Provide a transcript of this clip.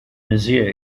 monsieur